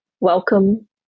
welcome